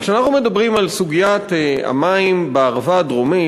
כשאנחנו מדברים על סוגיית המים בערבה הדרומית,